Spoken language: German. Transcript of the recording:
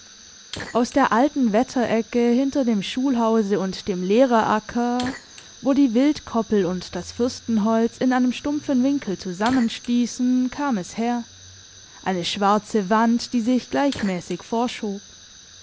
aus der alten wetterecke hinter dem schulhause und dem lehreracker wo die wildkoppel und das fürstenholz in einem stumpfen winkel zusammenstiessen kam es her eine schwarze wand die sich gleichmässig vorschob